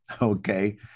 okay